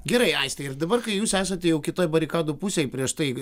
gerai aiste ir dabar kai jūs esate jau kitoje barikadų pusėje prieš tai